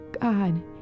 God